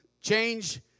change